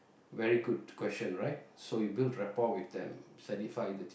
very good question right so you build rapport with them certified it